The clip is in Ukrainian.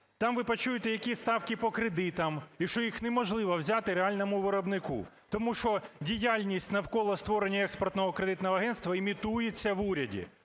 там ви почуєте, які ставки по кредитам і що їх неможливо взяти реальному виробнику, тому що діяльність навколо створення Експортно-кредитного агентства імітується в уряді.